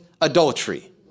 adultery